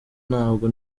ntabwo